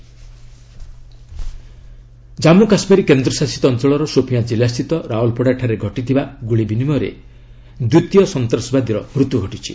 JK terrorist killed Jammu Kashmir କେନ୍ଦ୍ରଶାସିତ ଅଞ୍ଚଳର ସୋପିଆଁ ଜିଲ୍ଲାସ୍ଥିତ ରାଓ୍ୱଲପଡ଼ାଠାରେ ଘଟିଥିବା ଗୁଳିବିନିମୟରେ ଦ୍ୱିତୀୟ ସନ୍ତାସବାଦୀର ମୃତ୍ୟୁ ଘଟିଛି